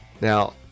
now